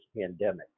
pandemic